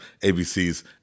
ABC's